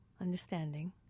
understanding